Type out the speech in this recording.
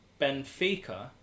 Benfica